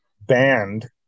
banned